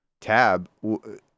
tab